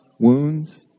Wounds